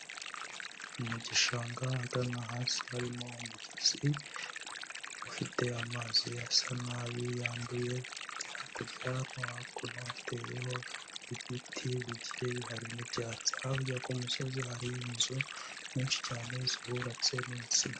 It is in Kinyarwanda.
Mu gishanga ahagana hasi harimo umugezi, ufite amazi asa nabi yanduye, hakurya no hakuno hateyeho ibiti bigiye bihari n'ibyatsi, hakurya ku musozi hari inzu nyinshi cyane zihubatse n'insina.